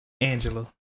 Angela